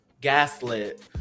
gaslit